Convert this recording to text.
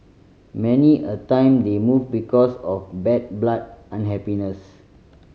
many a time they move because of bad blood unhappiness